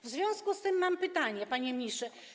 W związku z tym mam pytanie, panie ministrze.